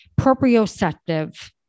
proprioceptive